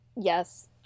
yes